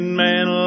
man